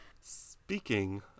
Speaking